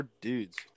dudes